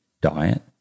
diet